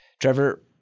Trevor